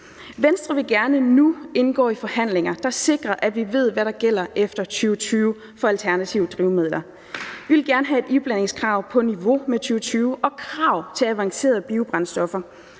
Venstre vil gerne indgå i forhandlinger, der sikrer, at vi ved, hvad der gælder efter 2020 for alternative drivmidler. Vi vil gerne have et iblandingskrav på niveau med 2020 og krav til avancerede biobrændstoffer.